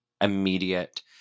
immediate